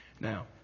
Now